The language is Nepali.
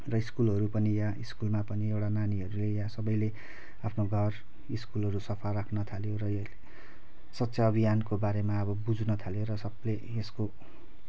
र स्कुलहरू पनि या स्कुलमा पनि एउटा नानीहरूले या सबैले आफ्नो घर स्कुलहरू सफा राख्नथाल्यो र यो स्वच्छ अभियानको बारेमा अब बुझ्नथाल्यो र सबले यसको